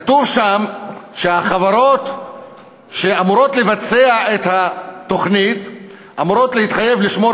כתוב שם שהחברות שאמורות לבצע את התוכנית אמורות להתחייב לשמור